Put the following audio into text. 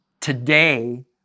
Today